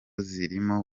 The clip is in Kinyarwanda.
zirimo